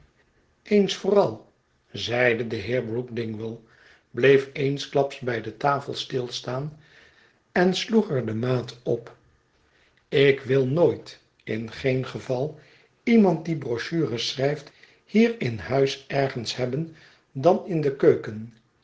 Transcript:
eens vooral zeide deheer brook dingwall bleef eensklaps by de tafel stilstaan en sloeg er de maat op ik wil nooit in geen geval iemand die brochures schrijft hier in huis ergens hebben dan in de keuken